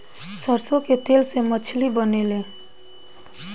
सरसों के तेल से मछली बनेले